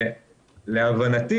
להבנתי